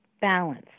balance